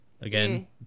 Again